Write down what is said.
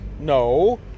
No